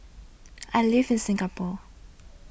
I live in Singapore